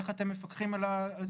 איך אתם מפקחים על זה?